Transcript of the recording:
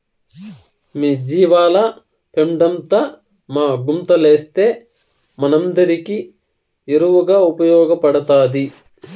మీ జీవాల పెండంతా మా గుంతలేస్తే మనందరికీ ఎరువుగా ఉపయోగపడతాది